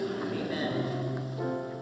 Amen